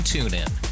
TuneIn